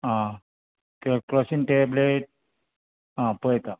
आं कर Crocin tablet आं पळयता